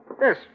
Yes